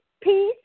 peace